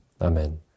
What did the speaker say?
Amen